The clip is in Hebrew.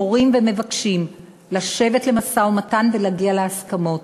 מורים ומבקשים לשבת למשא-ומתן ולהגיע להסכמות.